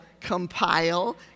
compile